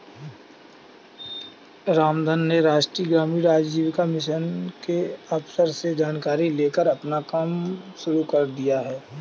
रामधन ने राष्ट्रीय ग्रामीण आजीविका मिशन के अफसर से जानकारी लेकर अपना कम शुरू कर दिया है